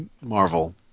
Marvel